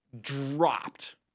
dropped